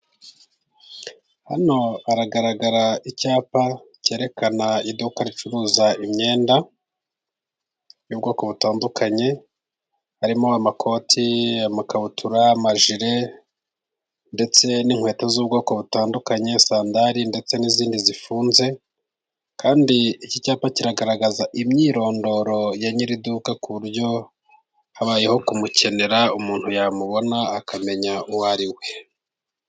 Hano hagaragara icyapa cyerekana iduka ricuruza imyenda y'ubwoko butandukanye, harimo amakoti, amakabutura, amajire ndetse n'inkweto z'ubwoko butandukanye, sandari ndetse n'izindi zifunze. Kandi iki cyapa kiragaragaza imyirondoro ya nyiri iduka, ku buryo habayeho kumukenera umuntu yamubona akamenya uwo ari we.